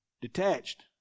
Detached